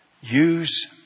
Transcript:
use